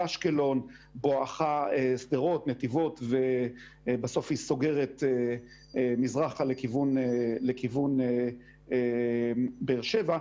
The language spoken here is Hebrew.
אשקלון בואכה שדרות נתיבות ובסוף היא סוגרת מזרחה לכיוון באר שבע,